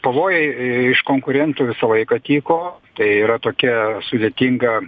pavojai iš konkurentų visą laiką tyko tai yra tokia sudėtinga